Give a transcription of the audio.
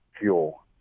fuel –